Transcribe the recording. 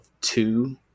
two